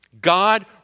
God